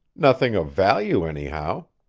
nothing of value, anyhow.